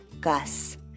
Gus